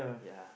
ya